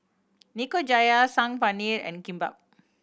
Nikujaga Saag Paneer and Kimbap